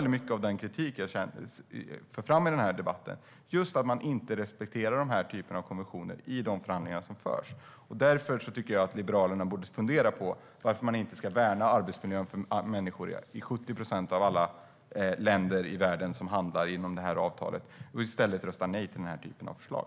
Mycket av den kritik jag för fram i den här debatten handlar om att man inte respekterar den här typen av konventioner i de förhandlingar som förs. Jag tycker att Liberalerna borde fundera på varför man inte vill värna arbetsmiljön för människor i 70 procent av alla länder i världen som handlar inom det här avtalet utan i stället röstar nej till den här typen av förslag.